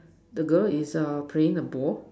the girl is err playing the ball